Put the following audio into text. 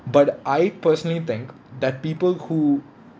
but I personally think that people who